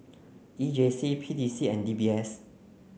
E J C P T C and D B S